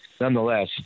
nonetheless